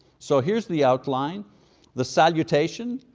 so here's the outline the salutation,